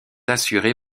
assuré